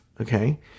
okay